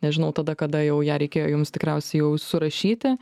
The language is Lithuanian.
nežinau tada kada jau ją reikėjo jums tikriausiai jau surašyti